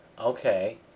Okay